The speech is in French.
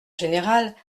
générale